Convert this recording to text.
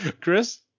Chris